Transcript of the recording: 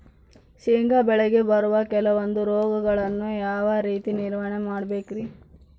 ಶೇಂಗಾ ಬೆಳೆಗೆ ಬರುವ ಕೆಲವೊಂದು ರೋಗಗಳನ್ನು ಯಾವ ರೇತಿ ನಿರ್ವಹಣೆ ಮಾಡಬೇಕ್ರಿ?